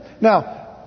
Now